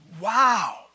wow